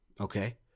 Okay